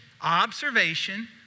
Observation